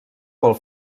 pel